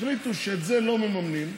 החליטו שאת זה לא ממממנים,